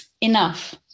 enough